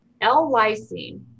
L-lysine